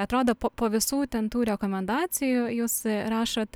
atrodo po po visų ten tų rekomendacijų jūs rašot